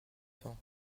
temps